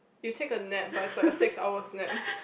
you take a nap but is like a six hours nap